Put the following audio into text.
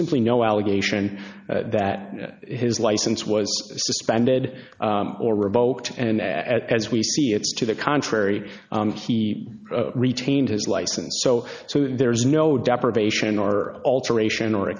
simply no allegation that his license was suspended or revoked and as we see it's to the contrary he retained his license so there is no deprivation or alteration or